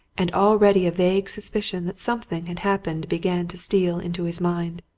and already a vague suspicion that something had happened began to steal into his mind.